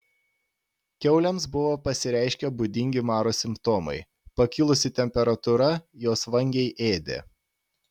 kiaulėms buvo pasireiškę būdingi maro simptomai pakilusi temperatūra jos vangiai ėdė